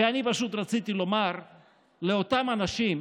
ואני פשוט רציתי לומר לאותם אנשים,